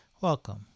welcome